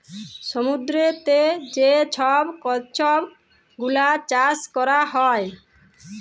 সমুদ্দুরেতে যে ছব কম্বজ গুলা চাষ ক্যরা হ্যয়